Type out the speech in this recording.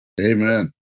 Amen